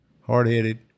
hard-headed